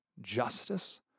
justice